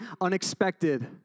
unexpected